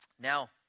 Now